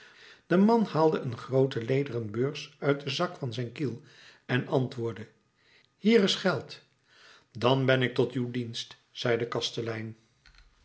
de man haalde een groote lederen beurs uit den zak van zijn kiel en antwoordde hier is geld dan ben ik tot uw dienst zei de kastelein